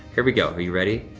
here we go are you ready?